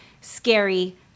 scary